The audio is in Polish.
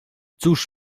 cóż